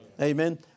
Amen